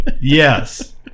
Yes